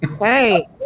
Hey